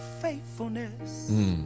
faithfulness